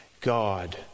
God